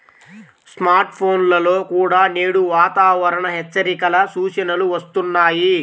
smart ఫోన్లలో కూడా నేడు వాతావరణ హెచ్చరికల సూచనలు వస్తున్నాయి